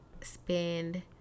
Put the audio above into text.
spend